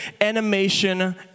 animation